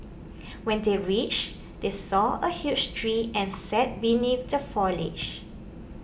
when they reached they saw a huge tree and sat beneath the foliage